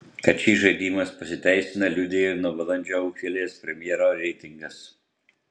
kad šis žaidimas pasiteisina liudija ir nuo balandžio ūgtelėjęs premjero reitingas